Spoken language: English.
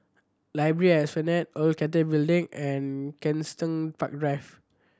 library at Esplanade Old Cathay Building and Kensington Park Drive